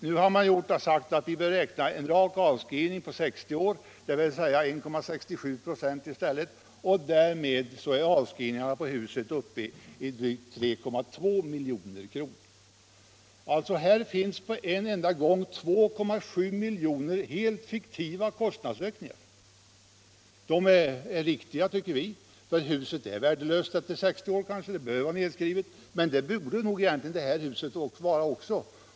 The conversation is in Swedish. Nu har man sagt att vi bör räkna med en avskrivning på 60 år, dvs. 1,67 26. Därmed är avskrivningarna uppe i drygt 3,2 milj.kr. Här finns alltså 2,7 milj.kr. i helt fiktiva kostnadsökningar. Avskrivningarna är riktiga, tycker vi, för huset är kanske värdelöst efter 60 år. Men det är nog det här huset också.